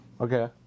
Okay